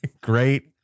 Great